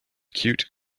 cute